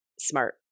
smart